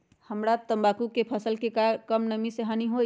हमरा तंबाकू के फसल के का कम नमी से हानि होई?